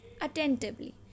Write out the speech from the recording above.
attentively